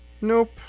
Nope